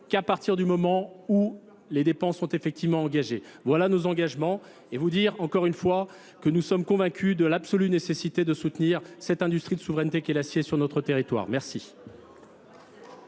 qu'à partir du moment où les dépenses sont effectivement engagées. Voilà nos engagements et vous dire encore une fois que nous sommes convaincus de l'absolue nécessité de soutenir cette industrie de souveraineté qui est l'acier sur notre territoire. Merci.